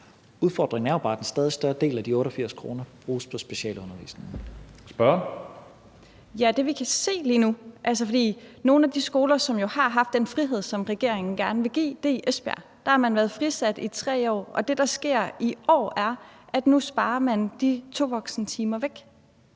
Udfordringen er jo bare, at den stadig større del af de 88 kr. bruges på specialundervisningen. Kl. 15:00 Tredje næstformand (Karsten Hønge): Spørgeren. Kl. 15:00 Lotte Rod (RV): Nogle af de skoler, som jo har haft den frihed, som regeringen gerne vil give, ligger i Esbjerg. Der har man været frisat i 3 år, og det, der sker i år, er, at nu sparer man de tovoksentimer væk.